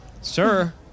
Sir